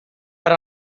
per